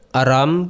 aram